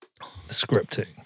scripting